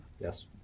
yes